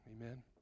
amen